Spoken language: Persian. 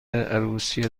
عروسی